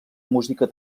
música